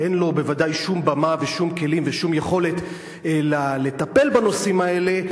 שאין לו בוודאי שום במה ושום כלים ושום יכולת לטפל בנושאים האלה,